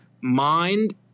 mind